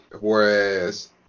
Whereas